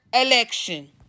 election